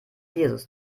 jesus